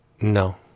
No